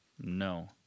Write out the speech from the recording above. No